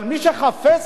אבל מי שבעצם חפץ